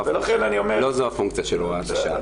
לא זו הפונקציה של הוראת השעה.